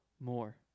more